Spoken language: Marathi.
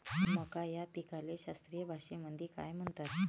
मका या पिकाले शास्त्रीय भाषेमंदी काय म्हणतात?